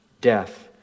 death